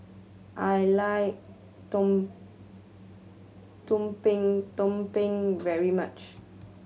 I like tum tumpeng very much